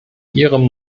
ihrem